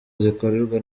zikorerwa